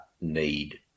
need